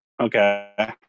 Okay